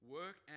work